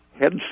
head